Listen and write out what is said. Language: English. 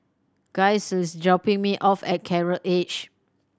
Giles is dropping me off at Coral Edge